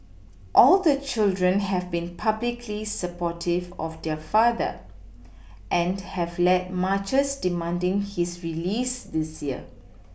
all the children have been publicly supportive of their father and have led marches demanding his release this year